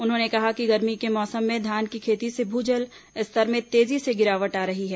उन्होंने कहा कि गर्मी के मौसम में धान की खेती से भू जल स्तर में तेजी से गिरावट आ रही है